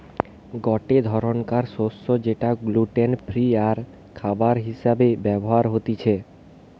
গটে ধরণকার শস্য যেটা গ্লুটেন ফ্রি আরখাবার হিসেবে ব্যবহার হতিছে